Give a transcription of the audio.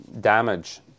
damage